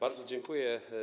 Bardzo dziękuję.